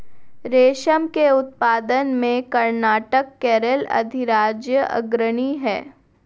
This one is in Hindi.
रेशम के उत्पादन में कर्नाटक केरल अधिराज्य अग्रणी है